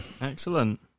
Excellent